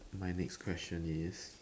my next question is